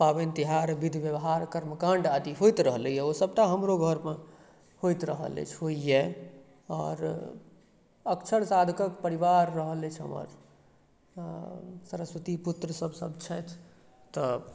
पाबनि तिहार विधि व्यवहार कर्मकाण्ड आदि होइत रहलै है ओ सभटा हमरो घरमे होइत रहल अछि होइया आओर अक्षर साधकक परिवार रहल अछि हमर सरस्वती पुत्र सभ छथि तऽ